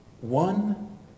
One